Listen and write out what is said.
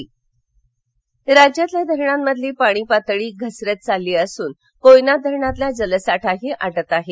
कोयना पाणी राज्यातील धरणांमधील पाणीपातळी घसरत चालली असून कोयना धरणातील जलसाठाही आटत आहे